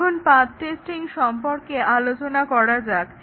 এখন path testing সম্পর্কে আলোচনা করা যাক